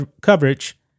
coverage